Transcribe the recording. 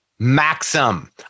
Maxim